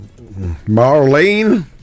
Marlene